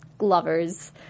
lovers